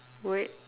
where